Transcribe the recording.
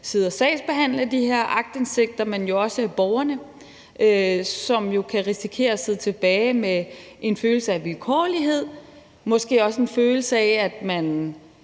sidde og sagsbehandle de her aktindsigter, men også hos borgerne, som jo kan risikere at sidde tilbage med en følelse af vilkårlighed og måske også en følelse af, at de